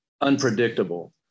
unpredictable